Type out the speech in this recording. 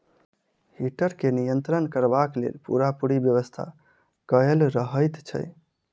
heater के नियंत्रण करबाक लेल पूरापूरी व्यवस्था कयल रहैत छै